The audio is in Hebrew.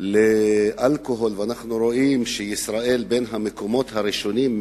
לאלכוהול ישראל היא בין המקומות הראשונים,